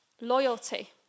loyalty